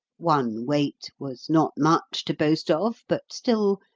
one wait was not much to boast of, but still,